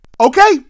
okay